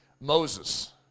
Moses